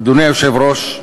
אדוני היושב-ראש,